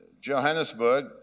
Johannesburg